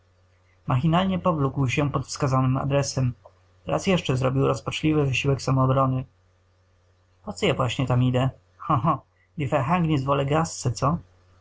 machinalnie powlókł się pod wskazanym adresem raz jeszcze zrobił rozpaczliwy wysiłek samoobrony po co ja właściwie tam idę ha ha die